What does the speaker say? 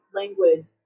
language